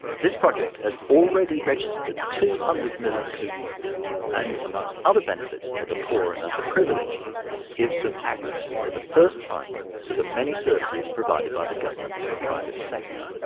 this project has already registered two hundred million people and among so other benefits for the poor and underprivileged gives them access for the first time to the many services provided by the government and the private sector.